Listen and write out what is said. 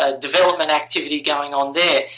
ah development activity going on there.